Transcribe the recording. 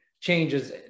changes